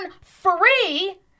free